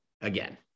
again